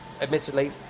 admittedly